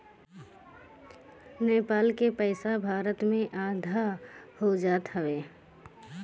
नेपाल के पईसा भारत में आधा हो जात हवे